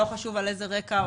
לא חשוב על איזה רקע.